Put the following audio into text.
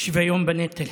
שוויון בנטל.